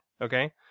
okay